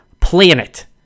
planet